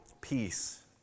peace